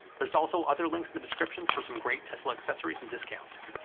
there's also other links in the description for some great tesla accessories and discounts.